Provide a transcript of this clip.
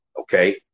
okay